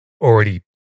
already